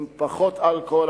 עם פחות אלכוהול,